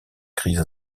crise